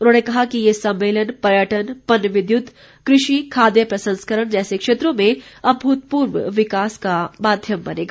उन्होंने कहा कि ये सम्मेलन पर्यटन पन विद्युत कृषि खाद्य प्रसंस्करण जैसे क्षेत्रों में अमूतपूर्व विकास का माध्यम बनेगा